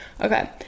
okay